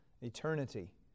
eternity